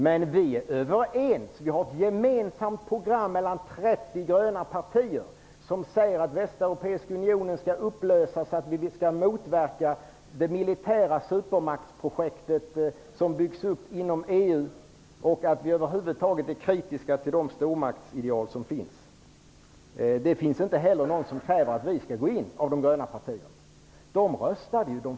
Men vi har mellan 30 gröna partier ett gemensamt program som säger att Västeuropeiska unionen skall upplösas för att motverka det militära supermaktsprojekt som byggs upp inom EU och över huvud taget för att vi är kritiska till de stormaktsideal som där finns. Det finns bland de gröna partierna inte heller något som kräver att vi skall gå in.